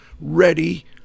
ready